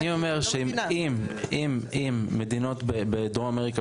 אני אומר שאם מדינות בדרום אמריקה,